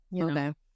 Okay